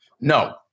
no